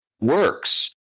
works